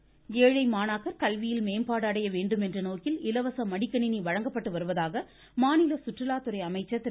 நடராஜன் ஏழை மாணாக்கர் கல்வியில் மேம்பாடு அடைய வேண்டும் என்ற நோக்கில் இலவச மடிகணிணி வழங்கப்பட்டு வருவதாக மாநில சுற்றுலாத்துறை அமைச்சர் திரு